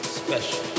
special